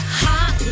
hot